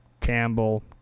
Campbell